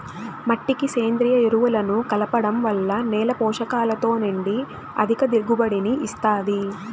మట్టికి సేంద్రీయ ఎరువులను కలపడం వల్ల నేల పోషకాలతో నిండి అధిక దిగుబడిని ఇస్తాది